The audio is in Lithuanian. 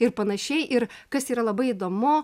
ir panašiai ir kas yra labai įdomu